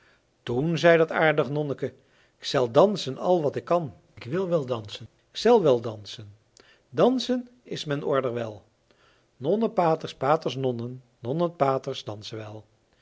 toen zei dat aardig nonneke k zel dansen al wat ik kan k wil wel dansen k zel wel dansen dansen is men order wel nonnen paters paters nonnen nonnen paters dansen wel